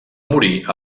morir